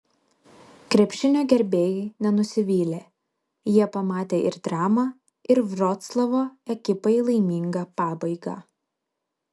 krepšinio gerbėjai nenusivylė jie pamatė ir dramą ir vroclavo ekipai laimingą pabaigą